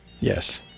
yes